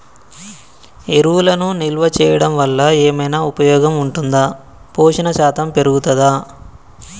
ఎరువులను నిల్వ చేయడం వల్ల ఏమైనా ఉపయోగం ఉంటుందా పోషణ శాతం పెరుగుతదా?